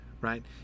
Right